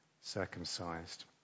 circumcised